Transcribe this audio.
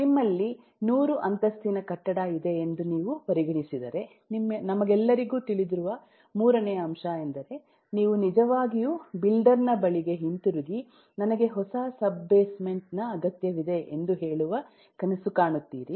ನಿಮ್ಮಲ್ಲಿ 100 ಅಂತಸ್ತಿನ ಕಟ್ಟಡ ಇದೆ ಎಂದು ನೀವು ಪರಿಗಣಿಸಿದರೆ ನಮಗೆಲ್ಲರಿಗೂ ತಿಳಿದಿರುವ ಮೂರನೆಯ ಅಂಶ ಎಂದರೆ ನೀವು ನಿಜವಾಗಿಯೂ ಬಿಲ್ಡರ್ ನ ಬಳಿಗೆ ಹಿಂತಿರುಗಿ ನನಗೆ ಹೊಸ ಸಬ್ ಬೇಸ್ಮೆಂಟ್ ನ ಅಗತ್ಯವಿದೆ ಎಂದು ಹೇಳುವ ಕನಸು ಕಾಣುತ್ತೀರಿ